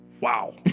wow